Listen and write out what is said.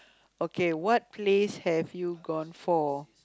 okay what place have you gone for